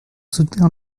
soutenir